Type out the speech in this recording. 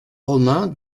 romain